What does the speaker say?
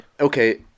Okay